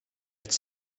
het